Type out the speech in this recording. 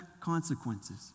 consequences